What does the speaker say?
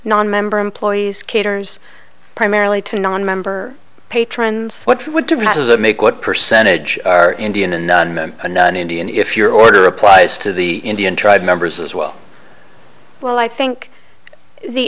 nonmember employees caters primarily to nonmember patrons what would to make what percentage are indian and a nun indian if your order applies to the indian tribe members as well well i think the